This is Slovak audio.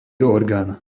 orgán